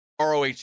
ROH